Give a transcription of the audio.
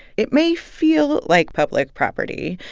it may feel like public property.